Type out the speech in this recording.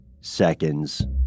seconds